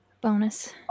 bonus